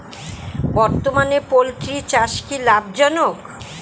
বর্তমানে পোলট্রি চাষ কি লাভজনক?